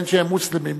בין שהם מוסלמים,